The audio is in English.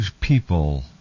people